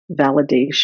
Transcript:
validation